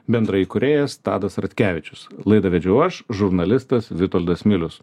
bendraįkūrėjas tadas ratkevičius laidą vedžiau aš žurnalistas vitoldas milius